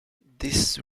this